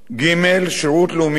שירות לאומי אזרחי,